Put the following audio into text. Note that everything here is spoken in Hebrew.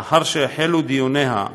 לאחר שהחלו דיוניה,